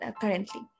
currently